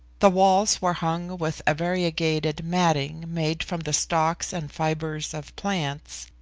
the walls were hung with a variegated matting made from the stalks and fibers of plants,